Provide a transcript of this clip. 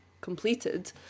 completed